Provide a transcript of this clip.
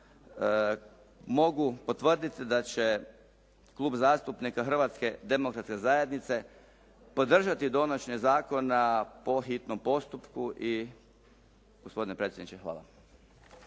mogu potvrditi da će Klub zastupnika Hrvatske demokratske zajednice podržati donošenje zakona po hitnom postupku. Gospodine predsjedniče, hvala.